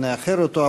אז נאחר אותו,